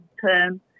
term